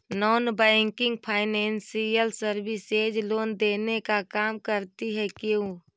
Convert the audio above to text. Non banking financial services loan देने का काम करती है क्यू?